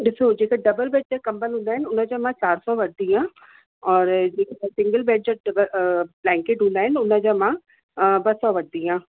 ॾिसो जेके double bed जा कंबल हुंदा आइन उन जा मां चारि सौ वठिदी आहियां और जेकी सिंगल जा टिब ब्लैंकइट हुंदा आहिनि उनजा मां ॿ सौ वथिदी आहियां